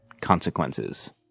consequences